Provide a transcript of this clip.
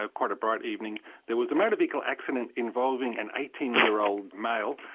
ah quite a bright evening, there was a motor vehicle accident involving an eighteen year old male,